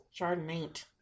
chardonnay